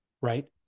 right